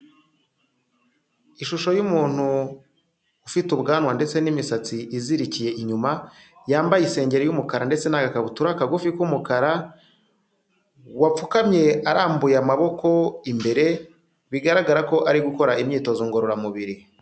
Ishusho y'umuntu ufite ubwanwa ndetse n'imisatsi izirikiye inyuma, yambaye isengeri y'umukara ndetse n'agakabutura kagufi k'umukara, wapfukamye arambuye amaboko imbere bigaragara ko ari gukora imyitozo ngororamubiri.